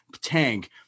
tank